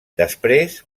després